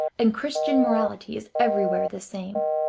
and christian morality is everywhere the same.